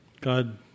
God